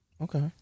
Okay